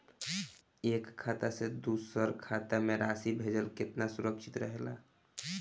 एक खाता से दूसर खाता में राशि भेजल केतना सुरक्षित रहेला?